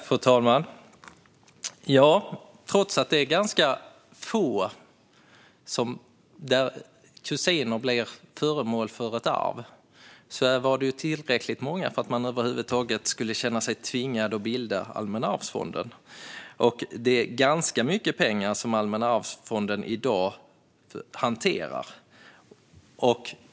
Fru talman! Trots att det var ganska få gånger som kusiner blev föremål för ett arv var det tillräckligt många för att man över huvud taget skulle känna sig tvingad att bilda Allmänna arvsfonden. Det är ganska mycket pengar som Allmänna arvsfonden i dag hanterar.